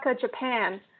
Japan